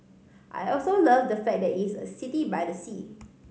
I also love the fact that it's a city by the sea